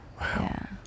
Wow